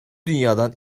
dünyadan